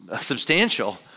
substantial